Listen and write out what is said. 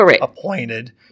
appointed